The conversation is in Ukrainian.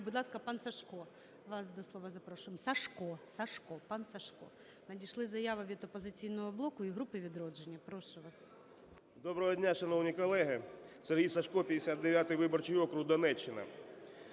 Доброго дня, шановні колеги! Сергій Сажко, 59 виборчий округ, Донеччина.